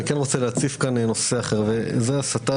אני כן רוצה להציף כאן נושא אחר וזה ההסתה